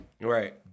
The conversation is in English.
Right